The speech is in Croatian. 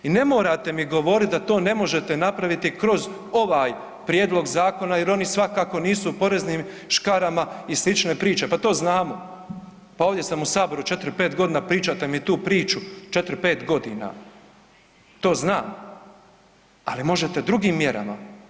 I ne morate mi govoriti da to ne možete napraviti kroz ovaj prijedlog zakona jer oni svakako nisu poreznim škarama i slične priče, pa to znamo, pa ovdje sam u Saboru četiri, pet godina pričate mi tu priču četiri, pet godina, to znam, ali možete drugim mjerama.